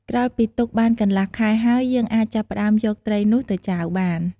ក្រោយពីទុកបានកន្លះខែហើយ យើងអាចចាប់ផ្ដើមយកត្រីនោះទៅចាវបាន។